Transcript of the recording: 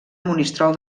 monistrol